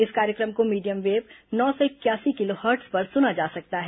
इस कार्यक्रम को मीडियम वेव नौ सौ इकयासी किलोहर्ट्ज पर सुना जा सकता है